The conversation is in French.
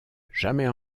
jamais